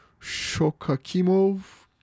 Shokakimov